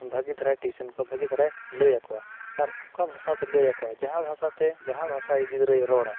ᱵᱷᱟᱜᱮ ᱫᱷᱟᱨᱟᱭ ᱠᱚᱣᱟ ᱵᱷᱟᱜᱮ ᱫᱷᱟᱨᱟᱭ ᱞᱟᱹᱭ ᱟᱠᱚᱣᱟ ᱟᱨ ᱚᱠᱟ ᱵᱷᱟᱥᱟᱛᱮ ᱞᱟᱹᱭ ᱟᱠᱚᱣᱟᱭ ᱡᱟᱦᱟᱸ ᱵᱷᱟᱥᱟᱛᱮ ᱡᱟᱦᱟᱸ ᱵᱷᱟᱥᱟ ᱟᱡᱤᱡ ᱜᱤᱫᱽᱨᱟᱹᱭ ᱨᱚᱲᱟ